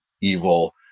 evil